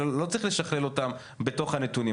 את אלו לא צריך לשקלל בתוך הנתונים.